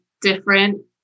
different